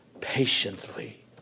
patiently